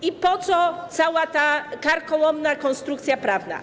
I po co cała ta karkołomna konstrukcja prawna?